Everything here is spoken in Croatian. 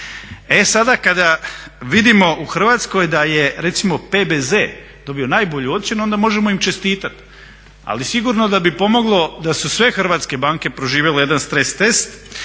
E sada kada vidimo u Hrvatskoj da je recimo PBZ dobio najbolju ocjenu onda možemo im čestitati, ali sigurno da bi pomoglo da su sve hrvatske banke proživjele jedan stres teste